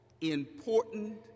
important